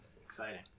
exciting